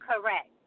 Correct